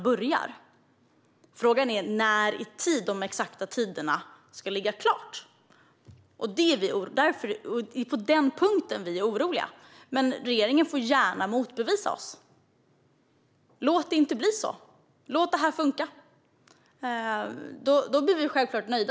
Frågan är när i tid de exakta tiderna ska vara fastlagda. Det är på den punkten vi är oroliga. Men regeringen får gärna motbevisa oss. Låt det här funka! Då blir vi självklart nöjda.